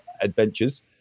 adventures